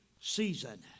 season